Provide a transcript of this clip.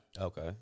Okay